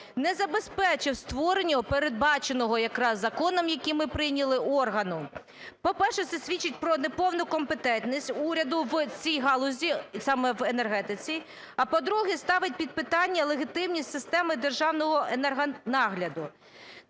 не забезпечив створення передбаченого якраз законом, який ми прийняли, органу. По-перше, це свідчить про неповну компетентність уряду в цій галузі, саме в енергетиці, а, по-друге, ставить під питання легітимність системи державного енергонагляду.